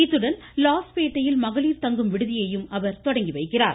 இத்துடன் லாஸ்பேட்டையில் மகளிர் தங்கும் விடுதியையும் அவர் தொடங்கிவைக்கிறார்